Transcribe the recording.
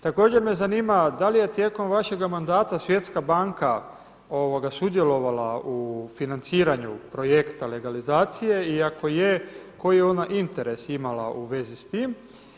Također me zanima da li je tijekom vašega mandata Svjetska banka sudjelovala u financiranju projekta legalizacije i ako je koji je ona interes imala u vezi s time.